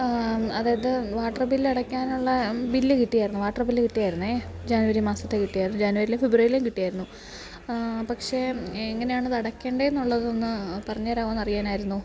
അതായത് water bill അടയ്ക്കാനുള്ള bill കിട്ടിയായിരുന്നു വാട്ടർ ബില്ല് കിട്ടിയായിരുന്നേ ജാനുവരി മാസത്തെ കിട്ടിയായിരുന്നു ജാനുവരിയിലെയും ഫെബ്രുവരിയിലെയും കിട്ടിയായിരുന്നു പക്ഷെ എങ്ങനെയാണത് അടക്കേണ്ടതെന്നുള്ളതൊന്ന് പറഞ്ഞു തരാമോയെന്നു അറിയാനായിരുന്നു